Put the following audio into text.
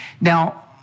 Now